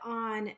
on